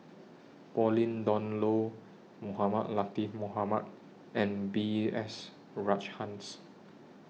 Pauline Dawn Loh Mohamed Latiff Mohamed and B S Rajhans